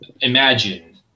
imagine